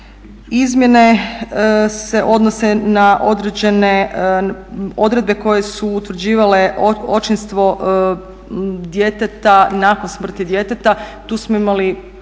Izmjene se odnose na određene odredbe koje su utvrđivale očinstvo nakon smrti djeteta. Tu smo imali